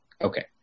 Okay